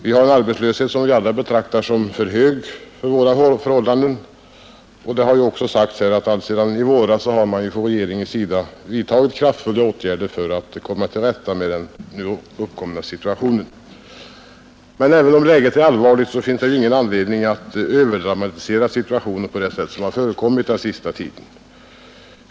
Vi har en arbetslöshet som vi alla betraktar som för hög för våra förhållanden, och det har också sagts här att regeringen alltsedan i våras vidtagit kraftfulla åtgärder för att komma till rätta med situationen. Men även om läget är allvarligt finns det ingen anledning att överdramatisera situationen på det sätt som förekommit den senaste tiden.